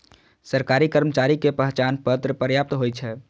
सरकारी कर्मचारी के पहचान पत्र पर्याप्त होइ छै